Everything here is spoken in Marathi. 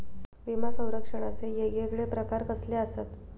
विमा सौरक्षणाचे येगयेगळे प्रकार कसले आसत?